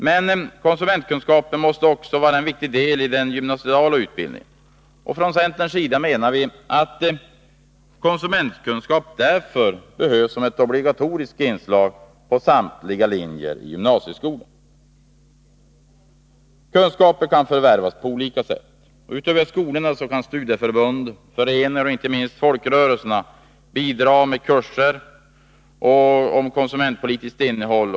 Men konsumentkunskapen måste också få vara en viktig del i den gymnasiala utbildningen. Från centerns sida menar vi därför att konsumentkunskap behövs som ett obligatoriskt inslag på samtliga linjer i gymnasieskolan. Kunskaper kan förvärvas på olika sätt. Utöver skolorna kan studieförbund, föreningar och inte minst folkrörelser bidra med kurser med konsumentpolitiskt innehåll.